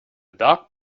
dark